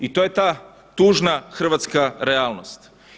I to je ta tužna hrvatska realnost.